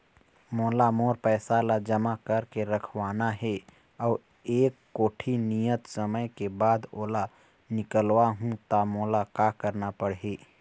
मोला मोर पैसा ला जमा करके रखवाना हे अऊ एक कोठी नियत समय के बाद ओला निकलवा हु ता मोला का करना पड़ही?